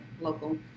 local